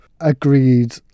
agreed